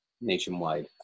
nationwide